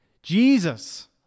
Jesus